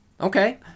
Okay